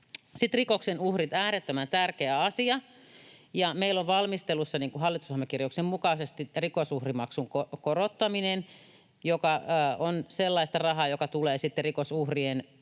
rikoksen uhrit, äärettömän tärkeä asia. Meillä on valmistelussa hallitusohjelmakirjauksen mukaisesti rikosuhrimaksun korottaminen, joka on sellaista rahaa, joka tulee käyttää rikosuhrien hyväksi.